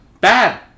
Bad